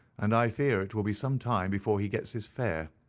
and i fear it will be some time before he gets his fare.